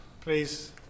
Please